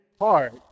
hard